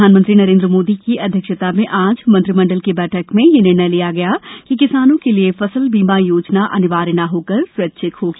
प्रधानमंत्री नरेंद्र मोदी की अध्यक्षता में आज मंत्रिमंडल की बैठक में यह निर्णय लिया गया है कि किसानों के लिए फसल बीमा योजना अनिवार्य न होकर स्वैच्छिक होगी